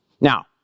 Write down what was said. Now